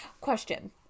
question